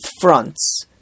fronts